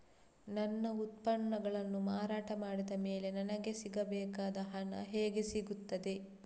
ನನ್ನ ಉತ್ಪನ್ನಗಳನ್ನು ಮಾರಾಟ ಮಾಡಿದ ಮೇಲೆ ನನಗೆ ಸಿಗಬೇಕಾದ ಹಣ ಹೇಗೆ ಸಿಗುತ್ತದೆ?